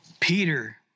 Peter